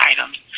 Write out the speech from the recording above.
items